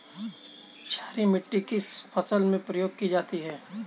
क्षारीय मिट्टी किस फसल में प्रयोग की जाती है?